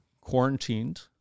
quarantined